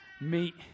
meet